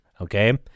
okay